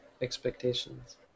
expectations